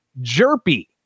Jerpy